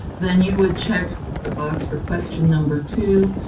then you would check the box for question number two,